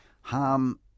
harm